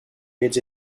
reads